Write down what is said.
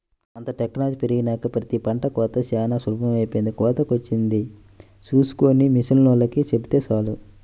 అంతా టెక్నాలజీ పెరిగినాక ప్రతి పంట కోతా చానా సులభమైపొయ్యింది, కోతకొచ్చింది చూస్కొని మిషనోల్లకి చెబితే చాలు